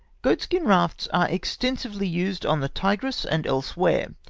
goatskin rafts are extensively used on the tigris and elsewhere.